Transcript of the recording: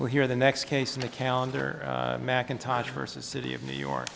well here the next case in the calendar mackintosh versus city of new york